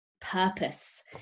purpose